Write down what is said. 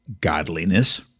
Godliness